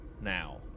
now